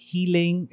Healing